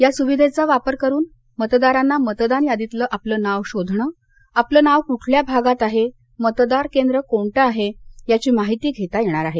या सुविधेचा वापर करून मतदारांना मतदान यादीतलं आपलं नाव शोधणं आपले नाव कुठल्या भागात आहे मतदान केंद्र कोणतं आहे याची माहिती घेता येणार आहे